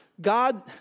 God